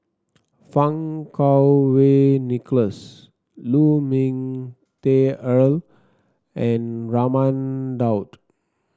Fang Kuo Wei Nicholas Lu Ming Teh Earl and Raman Daud